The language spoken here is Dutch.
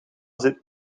zit